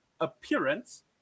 appearance